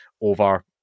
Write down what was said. over